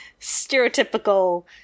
stereotypical